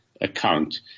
account